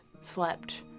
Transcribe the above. slept